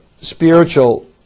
spiritual